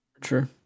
True